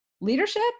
Leadership